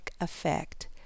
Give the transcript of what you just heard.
effect